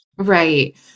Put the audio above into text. right